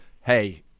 Hey